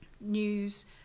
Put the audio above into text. news